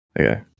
Okay